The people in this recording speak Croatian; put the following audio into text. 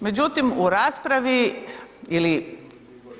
Međutim, u raspravi ili